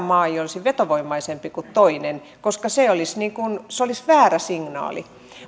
maa ei olisi vetovoimaisempi kuin toinen koska se olisi väärä signaali